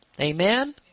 Amen